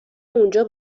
اونجا